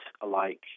alike